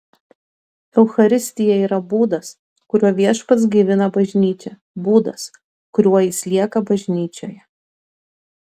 eucharistija yra būdas kuriuo viešpats gaivina bažnyčią būdas kuriuo jis lieka bažnyčioje